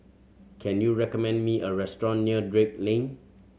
can you recommend me a restaurant near Drake Lane